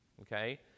okay